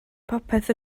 popeth